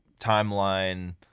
timeline